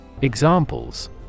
Examples